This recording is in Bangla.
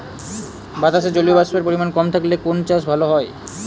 বাতাসে জলীয়বাষ্পের পরিমাণ কম থাকলে কোন চাষ ভালো হয়?